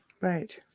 right